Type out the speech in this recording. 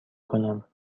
کنم